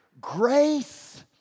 Grace